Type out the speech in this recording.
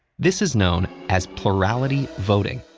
this is known as plurality voting,